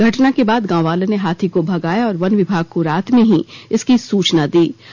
घटना के बाद गांव वालों ने हाथी को भगाया और वन विभाग को रात में ही इसकी सूचना दी गयी